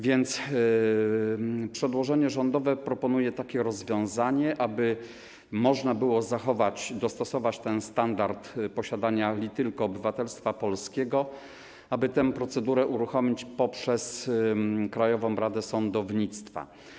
Więc w przedłożeniu rządowym proponujemy rozwiązanie, aby można było zachować, dostosować standard posiadania tylko obywatelstwa polskiego, aby tę procedurę uruchomić przez Krajową Radę Sądownictwa.